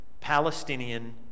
Palestinian